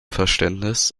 verständnis